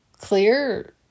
clear